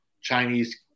Chinese